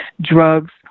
drugs